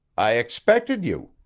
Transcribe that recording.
i expected you,